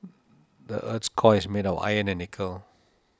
the earth's core is made of iron and nickel